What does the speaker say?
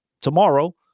tomorrow